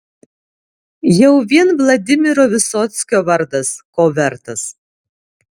jau vien vladimiro vysockio vardas ko vertas